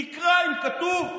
תקרא אם כתוב שאסור.